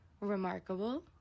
remarkable